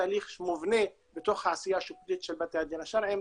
תהליך מובנה בתוך העשייה השיפוטית של בתי הדין השרעיים.